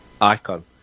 icon